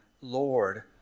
Lord